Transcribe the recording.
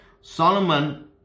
Solomon